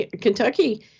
Kentucky